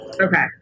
Okay